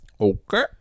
Okay